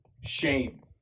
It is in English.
shame